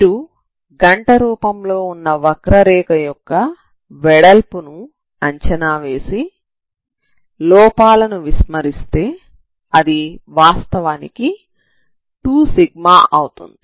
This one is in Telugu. మీరు గంట రూపంలో వున్న వక్రరేఖ యొక్క వెడల్పును అంచనా వేసి లోపాలను విస్మరిస్తే అది వాస్తవానికి 2σ అవుతుంది